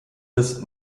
des